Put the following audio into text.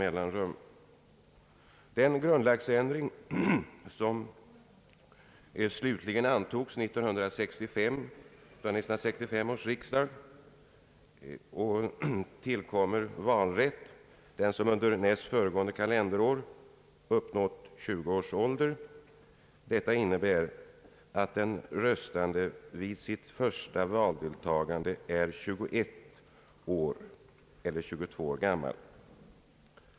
Enligt den grundlagsändring som slutligen antogs av 1965 års riksdag tillkommer rösträtt den som under närmast föregående kalenderår har uppnått 20 års ålder. Detta innebär att den röstande vid sitt första valdeltagande är 21 eller 22 år gammal.